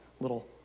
little